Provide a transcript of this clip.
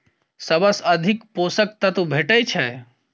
सबसँ अधिक पोसक तत्व भेटय छै?